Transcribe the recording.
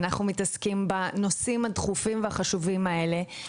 אנחנו מתעסקים בנושאים החשובים האלה.